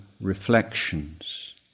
reflections